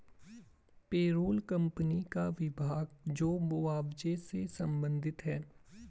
payroll company का विभाग जो मुआवजे से संबंधित है